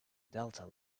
delta